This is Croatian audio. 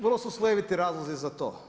Vrlo su slojeviti razlozi za to.